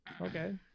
Okay